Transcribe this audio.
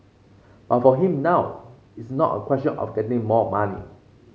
but for him now it's not a question of getting more money